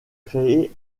créer